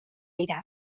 dira